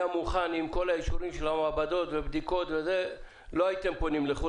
מוכן עם כל האישורים של המעבדות והבדיקות לא הייתם פונים לחו"ל,